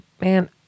man